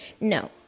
No